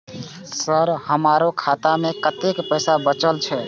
Sir हमरो खाता में कतेक पैसा बचल छे?